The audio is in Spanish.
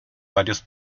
varios